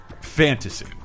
fantasy